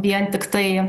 vien tiktai